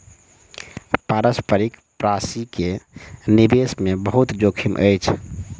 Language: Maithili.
पारस्परिक प्राशि के निवेश मे बहुत जोखिम अछि